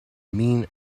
mean